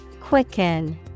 quicken